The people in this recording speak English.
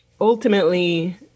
ultimately